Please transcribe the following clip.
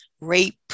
rape